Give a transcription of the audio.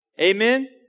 Amen